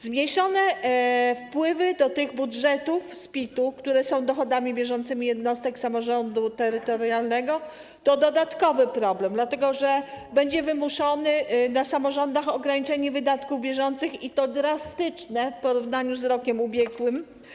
Zmniejszone wpływy do tych budżetów z PIT-u, które są dochodami bieżącymi jednostek samorządu terytorialnego, to dodatkowy problem, dlatego że będzie wymuszone na samorządach ograniczanie wydatków bieżących, i to drastyczne w porównaniu z rokiem ubiegłym.